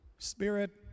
Spirit